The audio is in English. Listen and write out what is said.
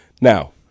Now